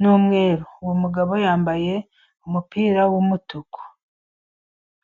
n'umweru. Uwo mugabo yambaye umupira w'umutuku.